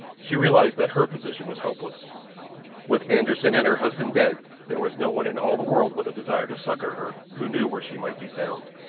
she realized that her position was hopeless with anderssen and her husband dead there was no one in all the world with a desire to succour her who knew where she might be found.